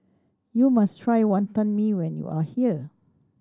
you must try Wonton Mee when you are here